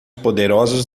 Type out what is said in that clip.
poderosos